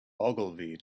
ogilvy